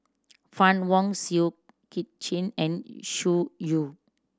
Fann Wong Seow Kit Chin and Xu Yu